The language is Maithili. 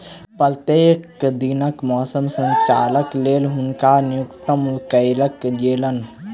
प्रत्येक दिनक मौसम समाचारक लेल हुनका नियुक्त कयल गेलैन